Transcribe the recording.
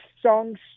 songs